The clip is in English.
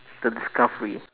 the discovery